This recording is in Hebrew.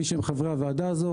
מי שהם חברי הוועדה הזאת